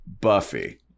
Buffy